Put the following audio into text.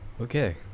okay